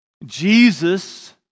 Jesus